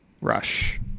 Rush